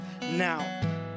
now